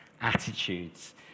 attitudes